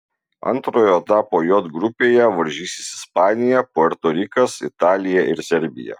antrojo etapo j grupėje varžysis ispanija puerto rikas italija ir serbija